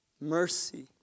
mercy